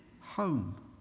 home